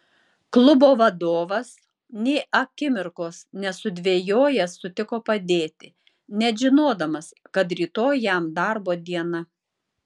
klubo vadovas nė akimirkos nesudvejojęs sutiko padėti net žinodamas kad rytoj jam darbo diena